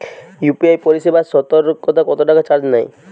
UPI পরিসেবায় সতকরা কতটাকা চার্জ নেয়?